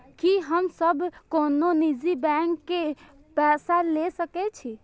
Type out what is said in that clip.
की हम सब कोनो निजी बैंक से पैसा ले सके छी?